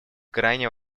крайне